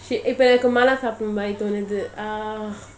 இப்பஎனக்குசாப்பிடணும்னுதோணுது:ipa enaku sapdanumnu thonuthu uh